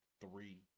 three